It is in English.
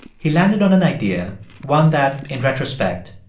he landed on an idea one that, in retrospect,